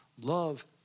Love